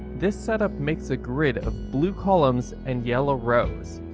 this setup makes a grid of blue columns and yellow rows.